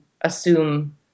assume